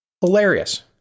Hilarious